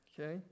Okay